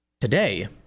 Today